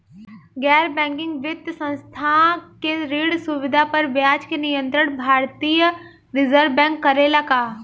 गैर बैंकिंग वित्तीय संस्था से ऋण सुविधा पर ब्याज के नियंत्रण भारती य रिजर्व बैंक करे ला का?